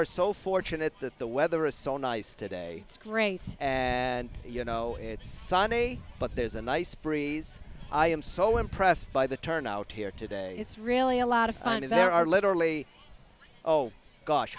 are so fortunate that the weather is so nice today it's grace and you know it's sunny but there's a nice breeze i am so impressed by the turnout here today it's really a lot of fun and there are literally oh gosh